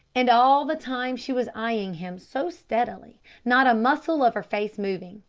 and all the time she was eyeing him so steadily, not a muscle of her face moving,